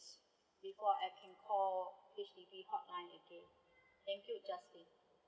before I can call H_D_B hotline again thank you justin